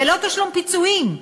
בלא תשלום פיצויים,